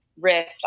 Rift